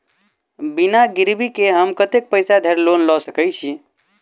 बिना गिरबी केँ हम कतेक पैसा धरि लोन गेल सकैत छी?